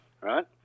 right